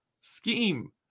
scheme